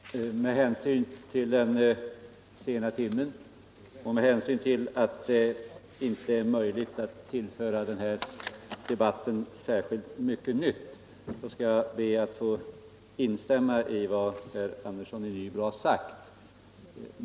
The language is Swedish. Fru talman! Med hänsyn till den sena timmen och med hänsyn till att det inte är möjligt att tillföra denna debatt särskilt mycket nytt skall jag be att få instämma i vad herr Andersson i Nybro sagt.